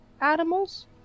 animals